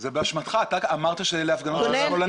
זה באשמתך, אתה אמרת שאלה הפגנות של שמאלנים.